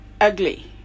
ugly